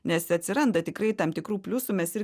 nes atsiranda tikrai tam tikrų pliusų mes ir